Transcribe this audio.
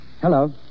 Hello